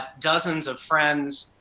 dozens of friends,